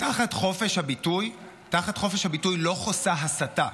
תחת חופש הביטוי לא חוסה הסתה.